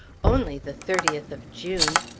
only the thirtieth of june!